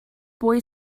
boy